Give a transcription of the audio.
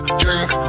drink